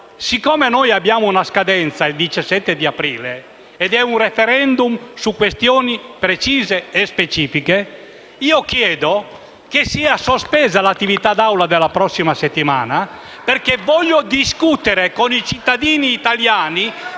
siccome abbiamo la scadenza del 17 aprile per un *referendum* su questioni precise e specifiche, chiedo che sia sospesa l'attività d'Aula della prossima settimana, perché voglio discutere con i cittadini italiani